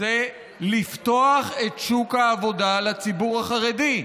זה לפתוח את שוק העבודה לציבור החרדי.